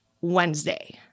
Wednesday